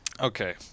Okay